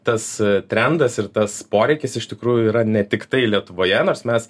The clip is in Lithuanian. tas trendas ir tas poreikis iš tikrųjų yra ne tiktai lietuvoje nors mes